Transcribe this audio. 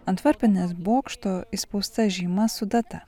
ant varpinės bokšto įspausta žyma su data